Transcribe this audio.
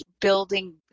building